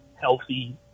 healthy